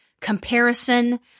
comparison